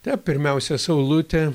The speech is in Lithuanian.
ta pirmiausia saulutė